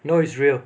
no it's real